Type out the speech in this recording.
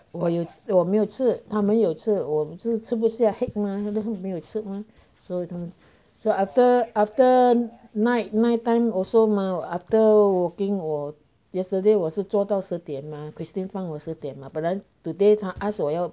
我有我没有吃他们有吃我每一次都吃不下 heck mah so 没有吃吗 so after after night nighttime also mah after working 我 yesterday 我是做到十点吗 christine 放我十点吗不然 today 她 ask 我